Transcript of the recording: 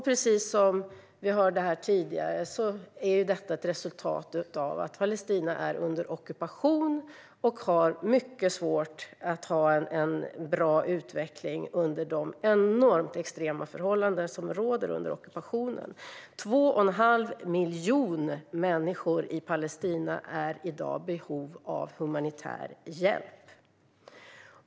Precis som vi hörde tidigare är detta ett resultat av att Palestina är under ockupation och har mycket svårt att ha en bra utveckling under de extrema förhållanden som råder. I dag är 2,5 miljoner människor i Palestina i behov av humanitär hjälp.